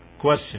question